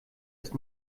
ist